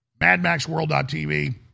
Madmaxworld.tv